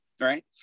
Right